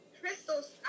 crystals